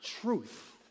truth